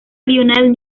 lionel